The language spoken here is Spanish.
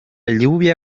lluvia